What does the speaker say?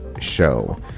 show